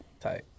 Tight